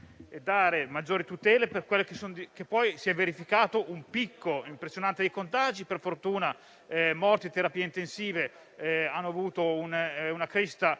a dare maggiori tutele per quello che poi si è verificato, e cioè un picco impressionante dei contagi. Per fortuna, molte terapie intensive hanno avuto una crescita